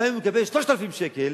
גם אם הוא מקבל 3,000 שקל,